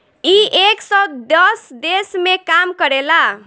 इ एक सौ दस देश मे काम करेला